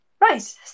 Right